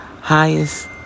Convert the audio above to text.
Highest